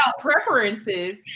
preferences